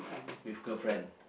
with girlfriend